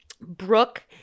Brooke